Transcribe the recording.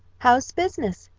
how's business?